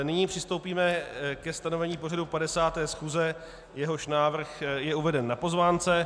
Nyní přistoupíme ke stanovení pořadu 50. schůze, jehož návrh je uveden na pozvánce.